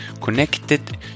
connected